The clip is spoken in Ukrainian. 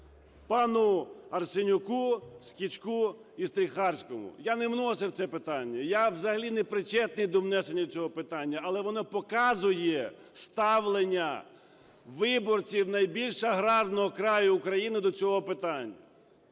пану Арсенюку, Скічку і Стріхарському. Я не вносив це питання, я взагалі не причетний до внесення цього питання, але воно показує ставлення виборців найбільшого аграрного краю України до цього питання.